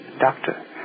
Doctor